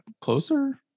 closer